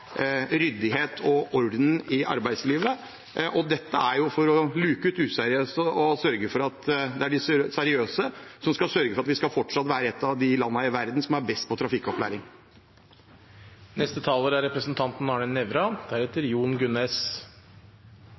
ryddighet og orden i arbeidslivet. Dette er jo for å luke ut useriøse og se til at det er de seriøse som sørger for at vi fortsatt skal være et av landene i verden som er best på trafikkopplæring.